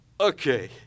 Okay